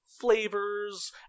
flavors